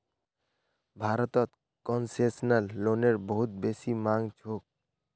भारतत कोन्सेसनल लोनेर बहुत बेसी मांग छोक